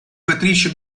matrice